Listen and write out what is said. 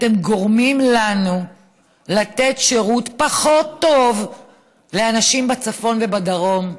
אתם גורמים לנו לתת שירות פחות טוב לאנשים בצפון ובדרום.